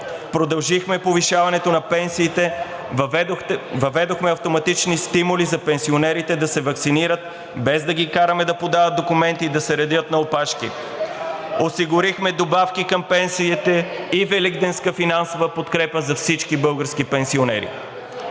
Продължихме повишаването на пенсиите, въведохме автоматични стимули за пенсионерите да се ваксинират, без да ги караме да подават документи и да се редят на опашки. Осигурихме добавки към пенсиите и великденска финансова подкрепа за всички български пенсионери.